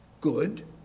good